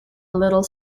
little